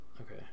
Okay